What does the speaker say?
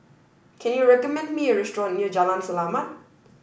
can you recommend me a restaurant near Jalan Selamat